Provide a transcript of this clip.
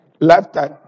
lifetime